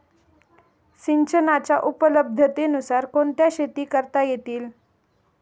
सिंचनाच्या उपलब्धतेनुसार कोणत्या शेती करता येतील?